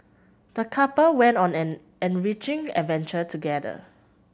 the couple went on an enriching adventure together